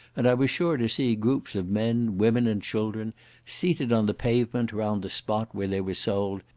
and i was sure to see groups of men, women, and children seated on the pavement round the spot where they were sold,